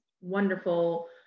wonderful